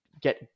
get